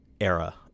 era